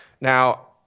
Now